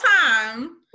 time